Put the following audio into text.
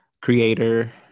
creator